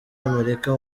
amerika